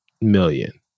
million